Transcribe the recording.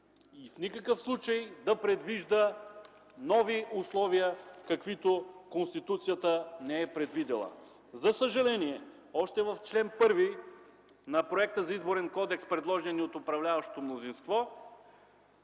В никакъв случай – да предвижда нови условия, каквито Конституцията не е предвидила. За съжаление, още в чл. 1 на проекта за Изборен кодекс, предложен ни от управляващото мнозинство,